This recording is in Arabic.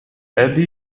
أبي